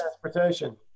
Transportation